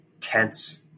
Tense